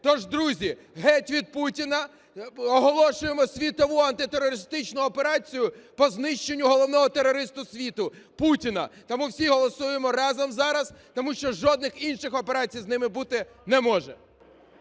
Тож, друзі, геть від Путіна, оголошуємо світову антитерористичну операцію по знищенню головного терориста світу – Путіна. Тому всі голосуємо разом зараз, тому що жодних інших операцій з ними бути не може.